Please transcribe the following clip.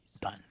Done